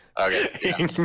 Okay